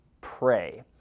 pray